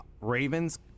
Ravens